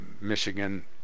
Michigan